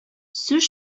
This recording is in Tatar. сүз